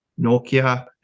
nokia